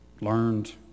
learned